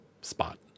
spot